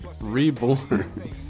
Reborn